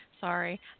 Sorry